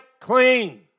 clean